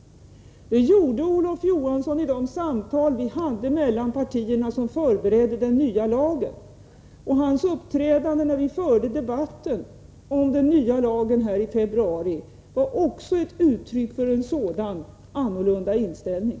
Det gjorde Olof Johansson i de samtal som hölls mellan partierna när vi förberedde den nya lagen. Hans uppträdande, när vi förde debatten om den nya lagen här i februari, var också uttryck för en sådan annorlunda inställning.